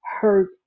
hurt